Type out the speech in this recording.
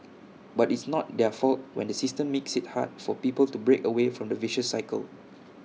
but it's not their fault when the system makes IT hard for people to break away from the vicious cycle